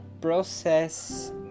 process